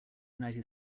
united